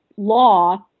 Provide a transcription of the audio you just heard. law